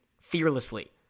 fearlessly